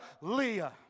Leah